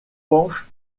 penche